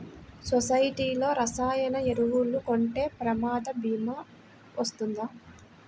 సొసైటీలో రసాయన ఎరువులు కొంటే ప్రమాద భీమా వస్తుందా?